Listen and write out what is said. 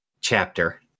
chapter